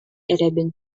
эрэбин